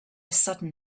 sudden